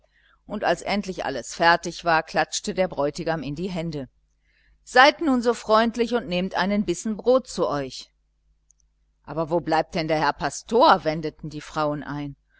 und als endlich alles fertig war klatschte der bräutigam in die hände seid nun so freundlich und nehmt einen bissen brot zu euch aber wo bleibt denn der herr pastor wendeten die frauen ein